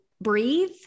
breathe